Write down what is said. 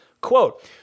Quote